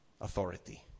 authority